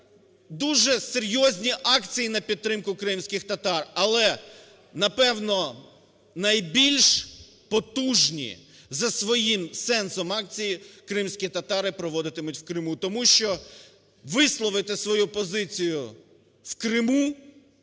дуже серйозні акції на підтримку кримських татар. Але, напевно, найбільш потужні за своїм сенсом акції кримські татари проводитиму в Криму, тому що висловити свою позицію в Криму